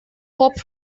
pop